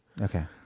okay